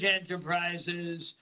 enterprises